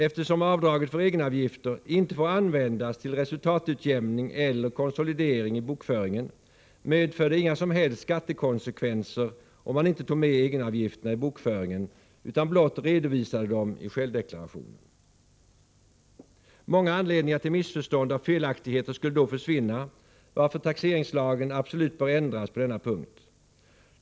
Eftersom avdraget för egenavgifter inte får användas till resultatutjämning eller konsolidering i bokföringen, skulle det inte medföra några som helst skattekonsekvenser om man inte tog med egenavgifterna i bokföringen utan blott redovisade dem i självdeklarationen. Många anledningar till missförstånd och felaktigheter skulle då försvinna, varför taxeringslagen absolut bör ändras på denna punkt.